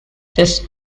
this